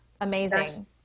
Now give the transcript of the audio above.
Amazing